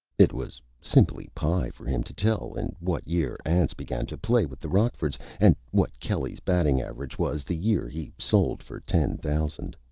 it was simply pie for him to tell in what year anse began to play with the rockfords and what kelly's batting average was the year he sold for ten thousand.